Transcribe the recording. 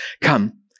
come